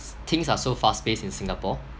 things are so fast paced in singapore